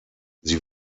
sie